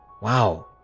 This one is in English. wow